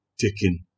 taken